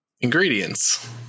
Ingredients